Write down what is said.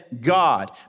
God